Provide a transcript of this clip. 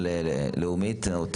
לאומית.